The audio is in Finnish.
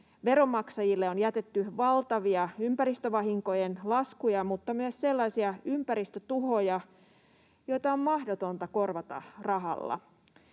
Veronmaksajille on jätetty valtavia ympäristövahinkojen laskuja, mutta myös sellaisia ympäristötuhoja, joita on mahdotonta korvata rahalla.